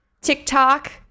TikTok